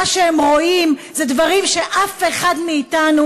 מה שהם רואים זה דברים שאף אחד מאתנו